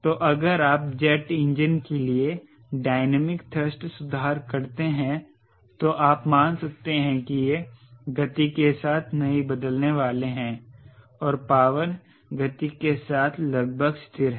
तो अगर आप जेट इंजन के लिए डायनामिक थ्रस्ट सुधार करते हैं तो आप मान सकते हैं कि ये गति के साथ नहीं बदलने वाले हैं और पॉवर गति के साथ लगभग स्थिर है